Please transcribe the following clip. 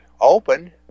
open